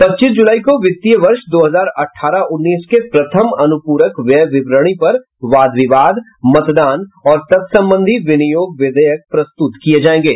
पच्चीस जुलाई को वित्तीय वर्ष दो हजार अठारह उन्नीस के प्रथम अनुपूरक व्यय विवरणी पर वाद विवाद मतदान और तत्संबंधी विनियोग विधेयक प्रस्तुत किये जायेंगे